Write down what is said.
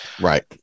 Right